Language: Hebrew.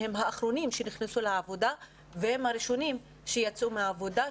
הם האחרונים שנכנסו לעבודה והם הראשונים שיצאו מן העבודה.